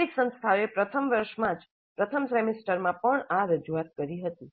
કેટલીક સંસ્થાઓએ પ્રથમ વર્ષમાં જ પ્રથમ સેમેસ્ટરમાં પણ આ રજૂઆત કરી હતી